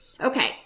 Okay